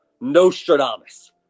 Nostradamus